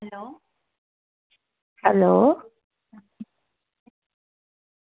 hello